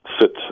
sit